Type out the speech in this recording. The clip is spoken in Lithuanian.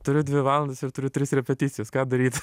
turiu dvi valandas ir turiu tris repeticijas ką daryt